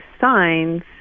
signs